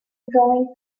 drawing